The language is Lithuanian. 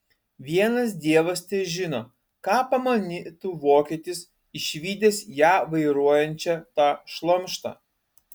vienas dievas težino ką pamanytų vokietis išvydęs ją vairuojančią tą šlamštą